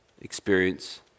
experience